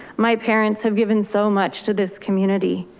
my parents have given so much to this community.